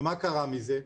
ומה קרה מזה?